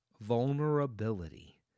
vulnerability